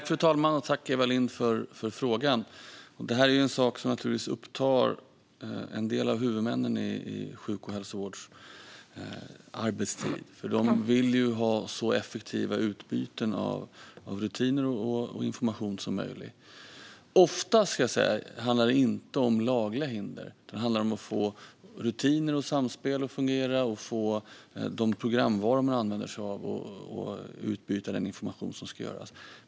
Fru talman! Jag tackar Eva Lindh för frågan. Detta är någonting som en del av huvudmännen inom hälso och sjukvården arbetar med. De vill såklart ha så effektiva utbyten av rutiner och information som möjligt. Oftast handlar det inte om lagliga hinder, utan det handlar om att få rutiner och samspel att fungera och att de programvaror som man använder sig av för att utbyta information fungerar.